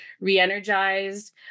re-energized